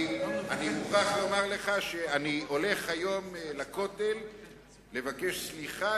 אני מוכרח לומר לך שאני הולך היום לכותל לבקש סליחה,